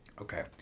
okay